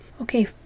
Okay